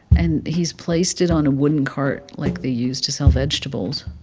and he's placed it on a wooden cart, like they use to sell vegetables.